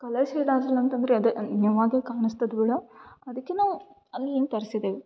colours shade ಆಯಿತು ಅಂತಂದರೆ ಅದೇ ನಾವು ಆಗಲೇ ಕಾಣಿಸ್ತಿದ್ವಲ್ಲ ಅದಕ್ಕೆ ನಾವು ಅಲ್ಲಿಂದ ತರ್ಸಿದ್ದೇವೆ